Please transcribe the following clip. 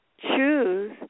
choose